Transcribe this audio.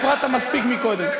הפרעת מספיק קודם.